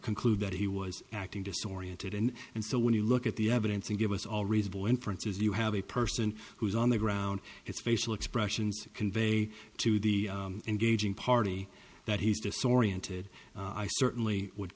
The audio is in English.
conclude that he was acting disoriented and and so when you look at the evidence and give us all reasonable inferences you have a person who's on the ground it's basal expressions to convey to the engaging party that he's disoriented i certainly would